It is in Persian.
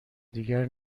دیگر